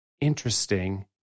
interesting